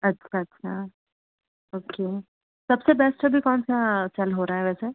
अच्छा अच्छा ओके सबसे बेस्ट अभी कौन सा सेल हो रहा है वैसे